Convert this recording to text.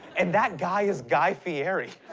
and that guy is guy fieri.